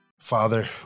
Father